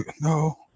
no